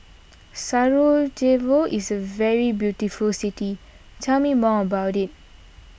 Sarajevo is a very beautiful city tell me more about it